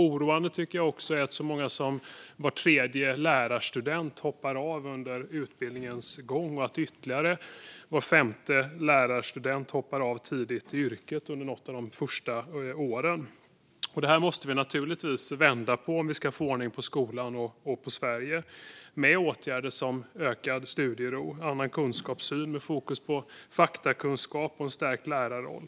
Oroande är också att så många som var tredje lärarstudent hoppar av under utbildningens gång och att ytterligare var femte lärarstudent hoppar av tidigt i yrket under något av de första åren. Det här måste vi naturligtvis vända på om vi ska få ordning på skolan och Sverige. Det gör vi med åtgärder som ökad studiero och en annan kunskapssyn med fokus på faktakunskap och en stärkt lärarroll.